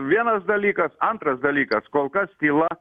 vienas dalykas antras dalykas kol kas tyla